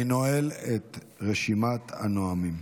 אני נועל את רשימת הנואמים.